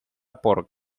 por